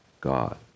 God